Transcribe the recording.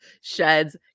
sheds